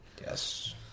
Yes